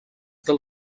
del